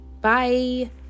Bye